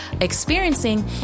experiencing